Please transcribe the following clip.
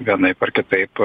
vienaip ar kitaip